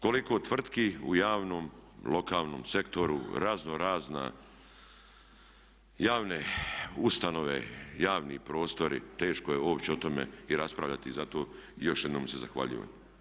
Koliko tvrtki u javnom lokalnom sektoru razno razna javne ustanove, javni prostori teško je uopće o tome i raspravljati i zato još jednom se zahvaljujem.